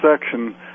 section